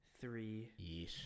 three